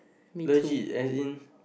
legit as in